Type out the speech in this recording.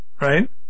right